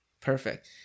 Perfect